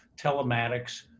telematics